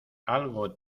algo